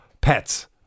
pets